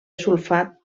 sulfat